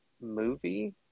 movie